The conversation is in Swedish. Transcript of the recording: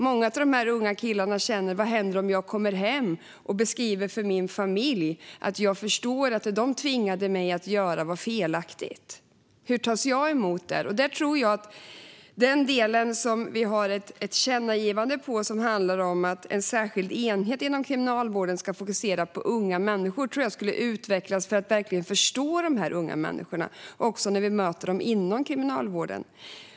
Många av de unga killarna undrar vad som händer när de kommer hem och säger till familjen att de förstår att det familjen tvingade dem att göra var fel. Då undrar de hur de tas emot i familjen. Utskottet har ett särskilt tillkännagivande om att en särskild enhet inom Kriminalvården ska fokusera på unga människor. Jag tror att det arbetet skulle kunna utvecklas till att verkligen förstå dessa unga människor även inom Kriminalvården.